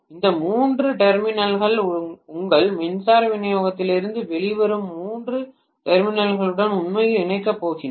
இந்த மூன்று டெர்மினல்கள் உங்கள் மின்சார விநியோகத்திலிருந்து வெளிவரும் மூன்று டெர்மினல்களுடன் உண்மையில் இணைக்கப் போகின்றன